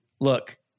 look